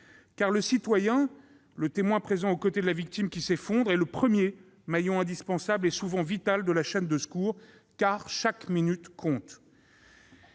Le citoyen ou le témoin présent au côté de la victime qui s'effondre est le premier maillon indispensable, et souvent vital, de la chaîne de secours, car chaque minute compte.